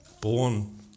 born